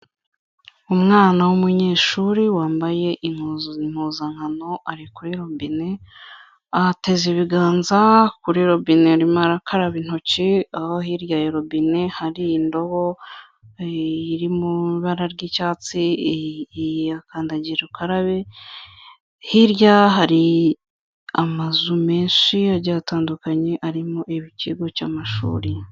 Umwana w'umunyeshuri wambaye impuzankano ari kuri robine ahateze ibiganza kuri robine arimo arakaraba intoki, aho hirya ya robine hari indobo iri mu ibara ry'icyatsi na kandagira ukarabe, hirya hari amazu menshi atandukanye arimo ikigo cy'amashuri.